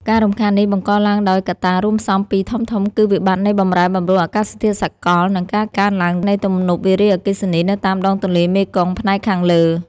ការរំខាននេះបង្កឡើងដោយកត្តារួមផ្សំពីរធំៗ គឺវិបត្តិនៃបម្រែបម្រួលអាកាសធាតុសកល និងការកើនឡើងនៃទំនប់វារីអគ្គិសនីនៅតាមដងទន្លេមេគង្គផ្នែកខាងលើ។